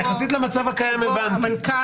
יחסית למצב הקיים הבנתי,